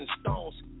stones